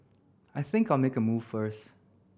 I think I'll make a move first